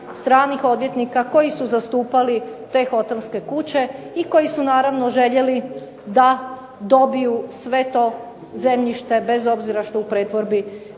stranih odvjetnika koji su zastupali te hotelske kuće i koji su naravno željeli da dobiju sve to zemljište, bez obzira što u pretvorbi nije